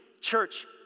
Church